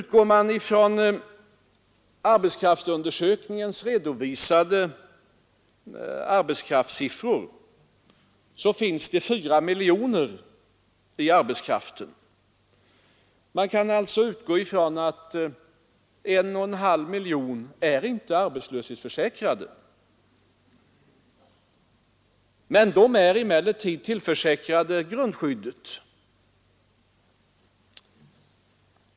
Av de siffror som arbetskraftsundersökningen redovisat framgår att 4 miljoner människor ingår i arbetskraften. Man kan alltså utgå från att 1,5 miljoner inte är arbetslöshetsförsäkrade. De är emellertid tillförsäkrade grundskyddet.